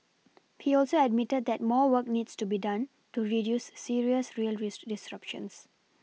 he also admitted that more work needs to be done to reduce serious rail disruptions